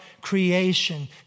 creation